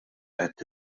għedt